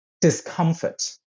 discomfort